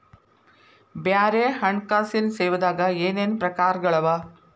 ಬ್ಯಾರೆ ಹಣ್ಕಾಸಿನ್ ಸೇವಾದಾಗ ಏನೇನ್ ಪ್ರಕಾರ್ಗಳವ?